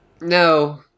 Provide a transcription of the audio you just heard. No